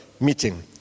meeting